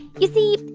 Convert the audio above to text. you see,